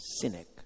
cynic